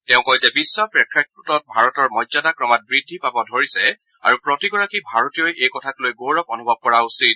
তেওঁ কয় যে বিধ প্ৰেক্ষাপটত ভাৰতৰ মৰ্য্যাদা ক্ৰমাৎ বৃদ্ধি পাব ধৰিছে আৰু প্ৰতি গৰাকী ভাৰতীয়ই এই কথাক লৈ গৌৰৱ অনুভৱ কৰা উচিত